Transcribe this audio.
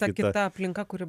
ta kita aplinka kuri